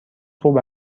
خوب